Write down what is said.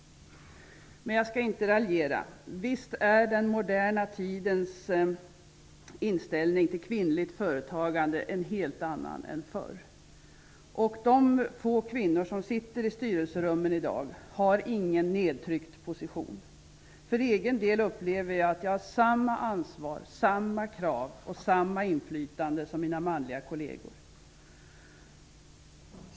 Men jag skall inte raljera. Visst är den moderna tidens inställning till kvinnligt företagande en helt annan jämfört med hur det var förr. De få kvinnor som sitter i styrelserummen i dag har ingen nedtryckt position. För egen del upplever jag att jag har samma ansvar, samma krav och samma inflytande som mina manliga kolleger.